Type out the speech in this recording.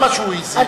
זה מה שהוא הסביר.